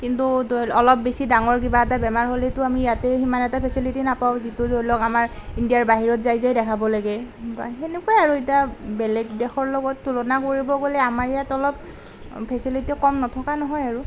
কিন্তু অলপ বেছি ডাঙৰ কিবা এটা বেমাৰ হ'লেতো আমি ইয়াতে সিমান এটা ফেচিলিটি নাপাওঁ যিটো ধৰি লওক আমাৰ ইণ্ডিয়াৰ বাহিৰত যাই যাই দেখাব লাগে সেনেকুৱাই আৰু এতিয়া বেলেগ দেশৰ লগত তুলনা কৰিব গ'লে আমাৰ ইয়াত অলপ ফেচিলিটি কম নথকা নহয় আৰু